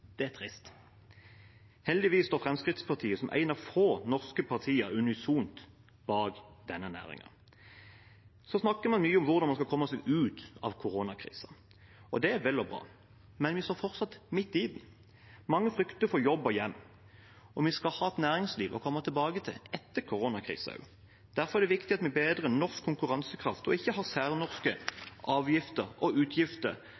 Det er trist. Heldigvis står Fremskrittspartiet som et av få norske parti unisont bak denne næringen. Man snakker mye om hvordan man skal komme seg ut av koronakrisen, og det er vel og bra, men vi står fortsatt midt i den. Mange frykter for jobb og hjem, og vi skal ha et næringsliv å komme tilbake til etter koronakrisen også. Derfor er det viktig at vi bedrer norsk konkurransekraft og ikke har særnorske avgifter og utgifter